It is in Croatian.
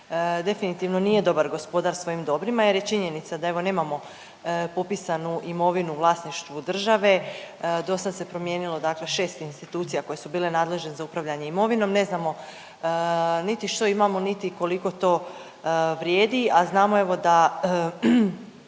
definitivno nije dobar gospodar svojim dobrima jer je činjenica da evo nemamo popisanu imovinu u vlasništvu države. Do sad se promijenilo dakle šest institucija koje su bile nadležne za upravljanje imovinom, ne znamo niti što imamo niti koliko to vrijedi, a znamo evo